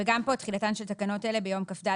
תחילה תחילתן של תקנות אלה ביום כ"ד